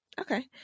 Okay